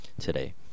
Today